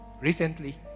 Recently